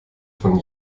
von